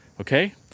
okay